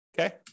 okay